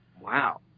Wow